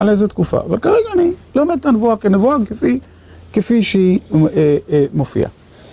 על איזו תקופה, אבל כרגע אני לומד את הנבואה כנבואה, כפי שהיא מופיעה.